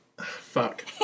Fuck